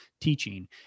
teaching